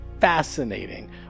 fascinating